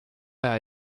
aja